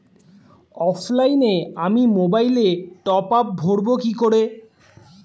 অফলাইনে আমি মোবাইলে টপআপ ভরাবো কি করে?